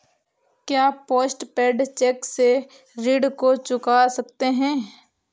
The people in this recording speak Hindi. क्या पोस्ट पेड चेक से ऋण को चुका सकते हैं?